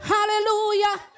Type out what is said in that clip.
Hallelujah